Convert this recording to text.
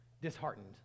Disheartened